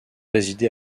résidé